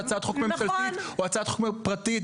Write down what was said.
הצעת חוק ממשלתית או הצעת חוק פרטית.